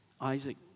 Isaac